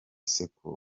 seko